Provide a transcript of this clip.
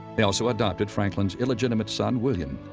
they also adopted franklin's illegitimate son william,